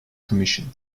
commission